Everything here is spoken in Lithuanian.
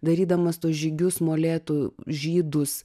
darydamas tuos žygius molėtų žydus